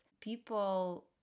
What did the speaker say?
people